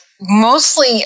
mostly